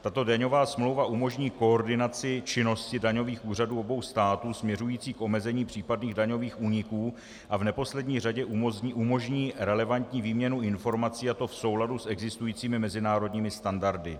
Tato daňová smlouva umožní koordinaci činnosti daňových úřadů obou států směřující k omezení případných daňových úniků a v neposlední řadě umožní relevantní výměnu informací, a to v souladu s existujícími mezinárodními standardy.